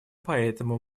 поэтому